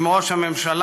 עם ראש הממשלה,